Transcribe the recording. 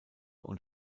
und